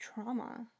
trauma